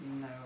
No